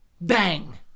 Bang